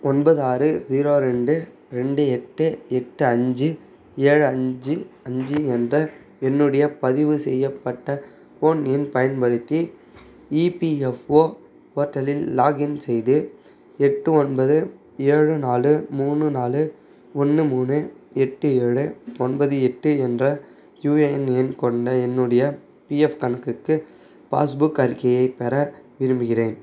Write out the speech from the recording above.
ஒன்பது ஆறு ஸீரோ ரெண்டு ரெண்டு எட்டு எட்டு அஞ்சு ஏழு அஞ்சு அஞ்சு என்ற என்னுடைய பதிவு செய்யப்பட்ட ஃபோன் எண் பயன்படுத்தி இபிஎஃப்ஓ போர்ட்டலில் லாகின் செய்து எட்டு ஒன்பது ஏழு நாலு மூணு நாலு ஒன்று மூணு எட்டு ஏழு ஒன்பது எட்டு என்ற யுஏஎன் எண் கொண்ட என்னுடைய பிஎஃப் கணக்குக்கு பாஸ்புக் அறிக்கையை பெற விரும்புகிறேன்